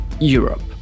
Europe